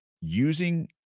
using